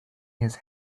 his